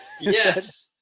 Yes